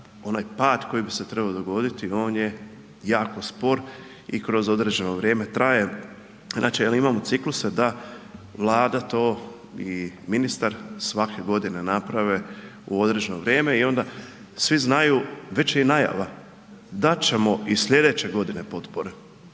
onaj pad koji bi se trebao dogoditi, on je jako spor i kroz određeno vrijeme traje. Znači jer imamo cikluse da Vlada to i ministar svake godine naprave u određeno vrijeme i onda svi znaju, već je i najava, dat ćemo i sljedeće godine potpore.